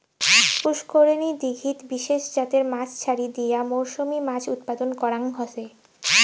পুষ্করিনী, দীঘিত বিশেষ জাতের মাছ ছাড়ি দিয়া মরসুমী মাছ উৎপাদন করাং হসে